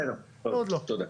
בסדר, תודה.